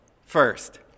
First